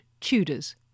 TUDORS